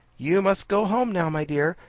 you must go home now, my dear,